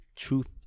truth